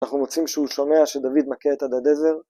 ‫אנחנו מוצאים שהוא שומע ‫שדוד מכה את הדדעזר.